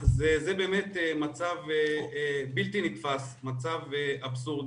זה באמת מצב בלתי נתפס, מצב אבסורדי,